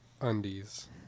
undies